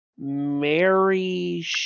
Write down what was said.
mary